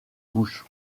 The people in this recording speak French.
bouche